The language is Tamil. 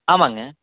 ஆமாம்ங்க